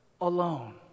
alone